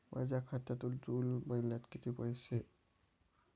माझ्या खात्यातून जून महिन्यात किती वेळा पैसे काढले गेले?